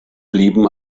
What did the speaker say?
blieben